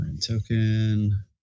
Token